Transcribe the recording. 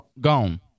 gone